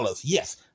Yes